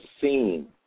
seen